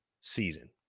season